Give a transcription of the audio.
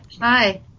Hi